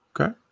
Okay